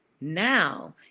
Now